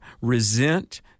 resent